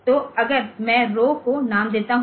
तो अगर मैं रौ को नाम दूं